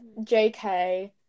JK